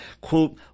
quote